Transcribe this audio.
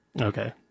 Okay